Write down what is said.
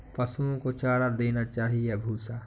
पशुओं को चारा देना चाहिए या भूसा?